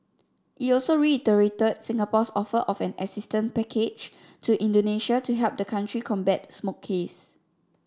it also reiterated Singapore's offer of an assistance package to Indonesia to help the country combat smoke haze